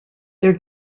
their